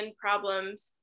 problems